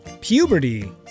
Puberty